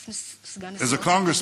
As a Congressman,